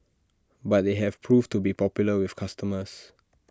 but they have proved to be popular with customers